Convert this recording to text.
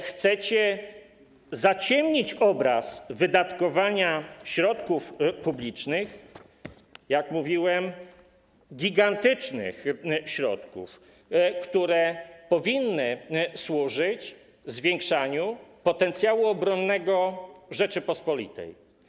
Chcecie zaciemnić obraz wydatkowania środków publicznych, jak mówiłem, gigantycznych środków, które powinny służyć zwiększaniu potencjału obronnego Rzeczypospolitej.